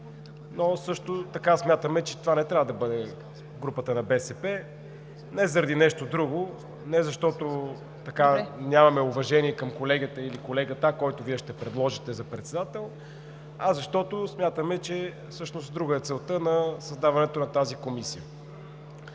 Но също така смятаме, че това не трябва да бъде групата на БСП не заради нещо друго, не защото нямаме уважение към колегата, който Вие ще предложите за председател, а защото смятаме, че всъщност друга е целта на създаването на тази комисия,